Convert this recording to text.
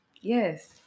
Yes